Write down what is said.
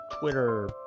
Twitter